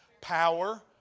Power